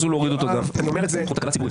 הוא תקלה ציבורית.